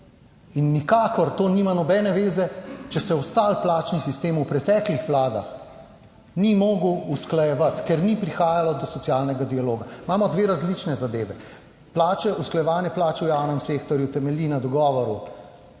In nikakor to nima nobene zveze, če se ostali plačni sistem v preteklih vladah ni mogel usklajevati, ker ni prihajalo do socialnega dialoga. Imamo dve različni zadevi: usklajevanje plač v javnem sektorju temelji na dogovoru